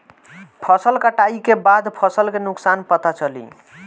फसल कटाई के बाद फसल के नुकसान पता चली